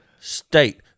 state